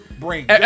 brain